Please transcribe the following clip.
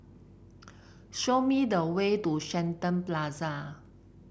show me the way to Shenton Plaza